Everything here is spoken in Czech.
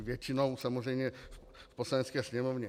Většinou samozřejmě v Poslanecké sněmovně.